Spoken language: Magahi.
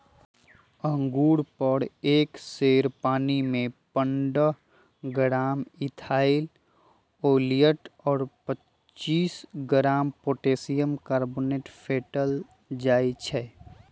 अंगुर पर एक सेर पानीमे पंडह ग्राम इथाइल ओलियट और पच्चीस ग्राम पोटेशियम कार्बोनेट फेटल जाई छै